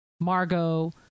Margot